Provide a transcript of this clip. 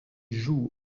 joue